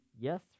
Yes